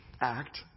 act